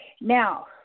Now